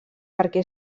perquè